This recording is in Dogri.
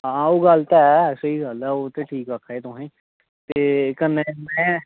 आं ओह् गल्ल ते ऐ स्हेई गल्ल आक्खा दे तुसें ते कन्नै में